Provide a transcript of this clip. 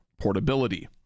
portability